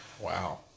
Wow